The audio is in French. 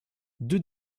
deux